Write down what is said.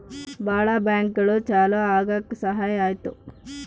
ಭಾಳ ಬ್ಯಾಂಕ್ಗಳು ಚಾಲೂ ಆಗಕ್ ಸಹಾಯ ಆಯ್ತು